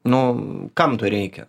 nu kam to reikia